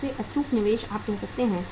सबसे अचूक निवेश आप कह सकते हैं